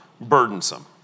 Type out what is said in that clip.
burdensome